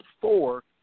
four